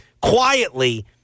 quietly